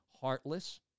heartless